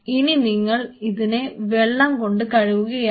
ഇനി നിങ്ങൾ ഇതിനെ വെള്ളം കൊണ്ട് കഴുകുകയാണ്